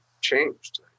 changed